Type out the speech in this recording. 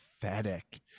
Pathetic